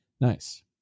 Nice